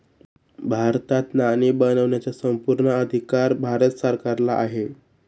भारतात नाणी बनवण्याचा संपूर्ण अधिकार भारत सरकारला आहे